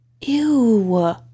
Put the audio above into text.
Ew